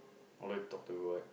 I would like to talk to god